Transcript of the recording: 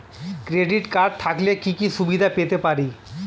Credit card থাকলে কি কি সুবিধা পেতে পারি?